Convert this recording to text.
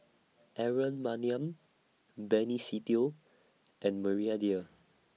Aaron Maniam Benny Se Teo and Maria Dyer